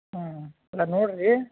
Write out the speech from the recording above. ಹ್ಞೂ ಅಲ್ಲ ನೋಡಿರಿ